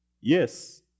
Yes